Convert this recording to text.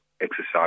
exercise